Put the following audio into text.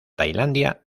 tailandia